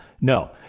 No